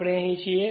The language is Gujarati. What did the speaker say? આપણે અહી છીએ